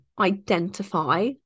identify